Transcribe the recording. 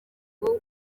ngo